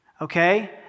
okay